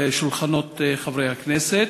שולחנות חברי הכנסת.